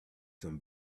some